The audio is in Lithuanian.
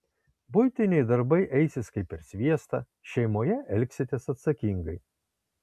buitiniai darbai eisis kaip per sviestą šeimoje elgsitės atsakingai